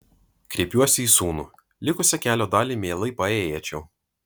kreipiuosi į sūnų likusią kelio dalį mielai paėjėčiau